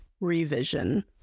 revision